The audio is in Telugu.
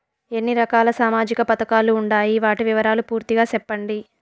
ఎన్ని రకాల సామాజిక పథకాలు ఉండాయి? వాటి వివరాలు పూర్తిగా సెప్పండి?